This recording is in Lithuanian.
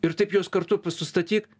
ir taip juos kartu sustatyk